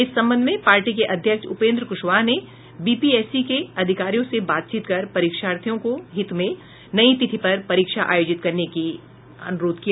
इस संबंध में पार्टी के अध्यक्ष उपेन्द्र कुशवाहा ने बीपीएससी के अधिकारियों से बातचीत कर परीक्षार्थियों के हित में नई तिथि पर परीक्षा आयोजित करने का अनुरोध किया